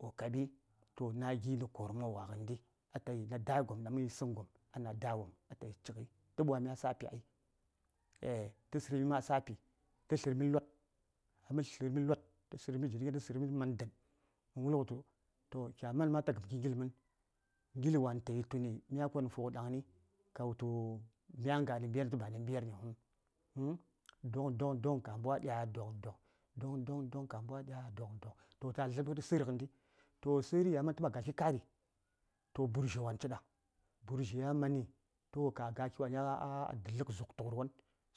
﻿kokari toh na gi nə koruna wa ghəndi atayi ada: gom ɗaŋ mə yisəŋ gom atayi cik tə ɓwamia tsafi ai ea tə tsərə mi ma a tsafi tə tlərmi lot tə sərə dzaŋ ɗaŋ tə sərə mi mə man dən mə wughə tu toh kya man ma ta gəm ki ngil mən ngilwan tayi tuni mya fughə ɗaŋni ka wultu mya ghani mberni toh banə mberniŋ uhn! doŋ doŋ doŋ ka mbwadiya doŋ doŋ doŋ doŋ doŋ ka mbwadiya doŋ doŋ toh ta dlyighəɗi sə:r ghənditoh sə:ri ya man tə man ga ki kari toh gu:r dzha wan ciɗa gu:r dzha ya mani toh ta gakiwani a dullu kə zuktughur won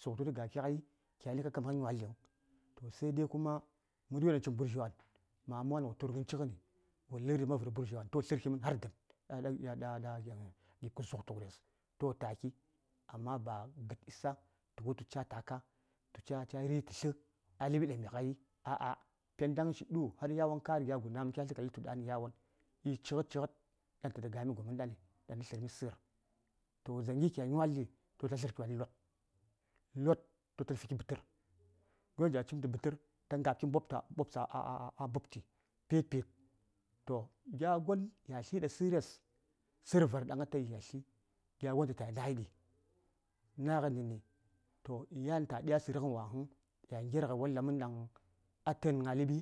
zuktughuri ɗan tə ga ki ghai kyani ka kəm kə nyowal ɗin sai kuma muryo ɗaŋ cinə gu:rdzha wan mama wan wo tu:r ghən cighən wo lə:r ɗi man vər gu:rdzha wan toh tlə:r ki mən har dən ɗaŋ ɗaŋ ɗa gyib kə zuktughures toh taki amma ba gəd isa tə wultu ca taka tu ca ri: tə tlə a ləɓi ɗaŋ mi ghai aa pendaŋshi du: har yawon kari gya gunam kya tlə ka səŋ yeli yawon yi cighəb cighəb ɗaŋ tə ta gami gommən ɗan tə tlə:rmi sə:r toh dzaŋgi kya nyolɗi toh tə tlə:rkiwani lod toh tə fiki bətər ghəryo ɗaŋ ca cimtə tu bətər yan ta nga:bki mbobtə ɓoptsə a a a mbubti pi:t pi:t toh gya gon ya tli ɗa səres sə:r var ɗaŋ gya gon tə ta ya nayi ɗi naghənɗi nə ni yan ya ɗiya sərəghən wa huŋ ya ngyer walla mən ɗaŋ a tən gna ləɓi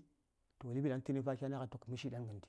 toh ləɓi daŋ a təni fa kya na:ghai to kə məshi ɗan gəndi.